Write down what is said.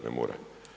Ne mora.